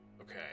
Okay